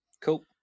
Cool